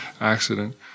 accident